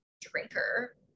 drinker